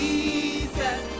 Jesus